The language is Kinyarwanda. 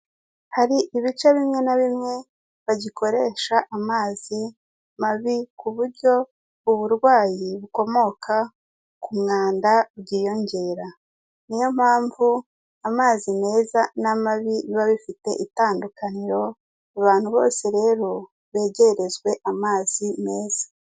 Hari ibice bimwe na bimwe bagikoresha amazi mabi, ku buryo uburwayi bukomoka ku mwanda bwiyongera. Niyo mpamvu amazi meza n'amabi biba bifite itandukaniro, abantu bose rero begerezwe amazi meza.